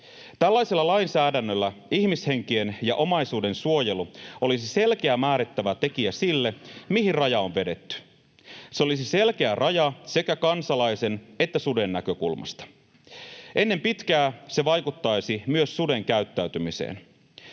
Tällaisella lainsäädännöllä ihmishenkien ja omaisuuden suojelu olisi selkeä määrittävä tekijä sille, mihin raja on vedetty. Se olisi selkeä raja sekä kansalaisen että suden näkökulmasta. Ennen pitkää se vaikuttaisi myös suden käyttäytymiseen.